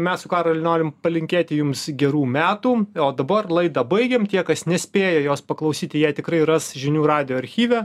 mes su karoliu norim palinkėti jums gerų metų o dabar laidą baigiam tie kas nespėjo jos paklausyti jie tikrai ras žinių radijo archyve